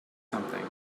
something